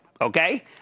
okay